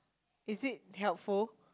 is it helpful